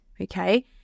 okay